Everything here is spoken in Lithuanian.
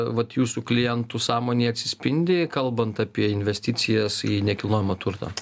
vat jūsų klientų sąmonėj atsispindi kalbant apie investicijas į nekilnojamą turtą